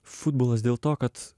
futbolas dėl to kad